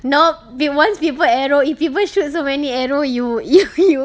nope b~ once people arrow if people shoot so many arrow you you you